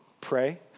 Pray